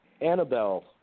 Annabelle